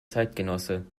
zeitgenosse